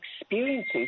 experiences